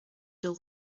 dull